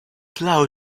blow